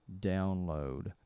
download